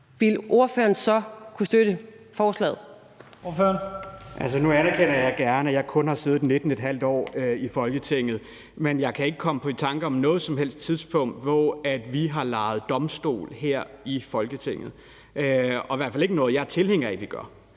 Michael Aastrup Jensen (V): Nu anerkender jeg gerne, at jeg kun har siden 19½ år i Folketinget, men jeg kan ikke komme i tanke om noget som helst tidspunkt, hvor vi har leget domstol her i Folketinget, og det er i hvert fald ikke noget, jeg er tilhænger af vi gør.